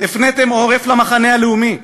הפניתם עורף למחנה הלאומי.